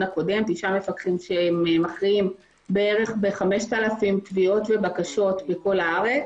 הקודם שמכריעים בערך ב-5,000 פניות ובקשות בכל הארץ.